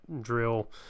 drill